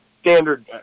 standard